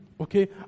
okay